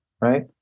right